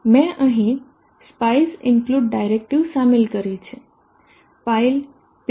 મે અહીં spice include directive સામેલ કરી છે ફાઈલ pv